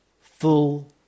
full